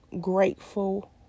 grateful